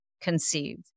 conceive